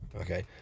okay